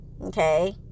okay